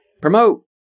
Promote